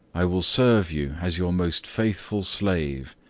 i will serve you as your most faithful slave,